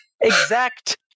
exact